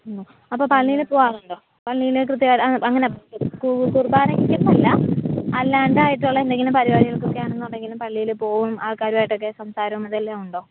അപ്പോൾ പള്ളിയിൽ പോവാറുണ്ടോ പള്ളിയിൽ കൃത്യമായിട്ട് അങ്ങനെ കു കുർബാനയ്ക്ക് എന്നല്ല അല്ലാണ്ടെ ആയിട്ടുള്ള എന്തെങ്കിലും പരിപാടികൾക്കൊക്കെ ആണെന്നുണ്ടെങ്കിലും പള്ളിയിൽ പോകും ആൾക്കാരുമായിട്ടൊക്കെ സംസാരം അതെല്ലാം ഉണ്ടോ